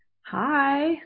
Hi